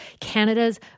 Canada's